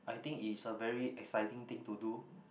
I think is a very exciting thing to do